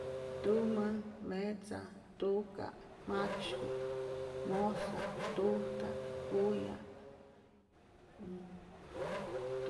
Tumä metza tuka’ maksyku’ mojsa’ tujta’ kuya’ mm